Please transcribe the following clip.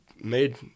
made